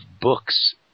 books